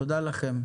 3 נגד 0 נמנעים